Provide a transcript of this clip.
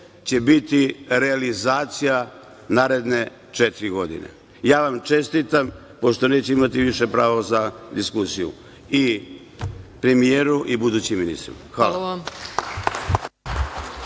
će biti realizacija naredne četiri godine. Ja vam čestitam, pošto više neću imati pravo za diskusiju, i premijeru i budućim ministrima. Hvala.